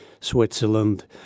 Switzerland